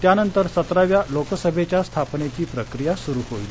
त्यानंतर सतराव्या लोकसभेच्या स्थापनेची प्रक्रिया सुरू होईल